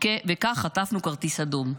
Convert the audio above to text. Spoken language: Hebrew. וכך חטפנו כרטיס אדום.